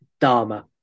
Dharma